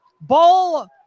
Ball